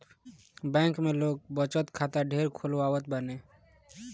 bank में लोग बचत खाता ढेर खोलवावत बाने